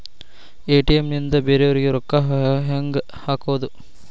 ATM ನಿಂದ ಬೇರೆಯವರಿಗೆ ರೊಕ್ಕ ಹೆಂಗ್ ಹಾಕೋದು?